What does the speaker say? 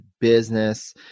business